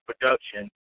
production